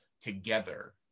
together